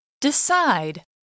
Decide